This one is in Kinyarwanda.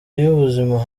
y’ubuzima